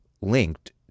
linked